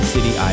City